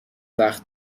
وقت